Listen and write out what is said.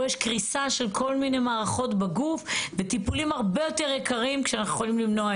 לחיסונים ולמחלות זיהומיות שמעדיפה לאחרונה את